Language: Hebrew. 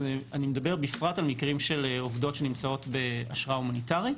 אני מדבר בפרט על מקרים של עובדות שנמצאות באשרה הומניטרית.